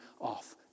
off